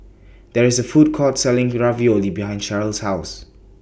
There IS A Food Court Selling Ravioli behind Cherryl's House